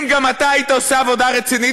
אם גם אתה היית עושה עבודה רצינית,